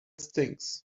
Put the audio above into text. stinks